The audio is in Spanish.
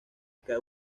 cae